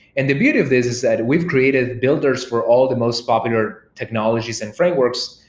and the beauty of this is that we've created builders for all the most popular technologies and frameworks,